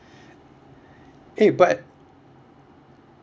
hey but